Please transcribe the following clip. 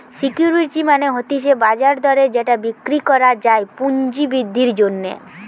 security মানে হতিছে বাজার দরে যেটা বিক্রি করা যায় পুঁজি বৃদ্ধির জন্যে